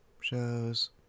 shows